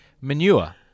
Manure